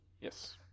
Yes